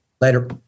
Later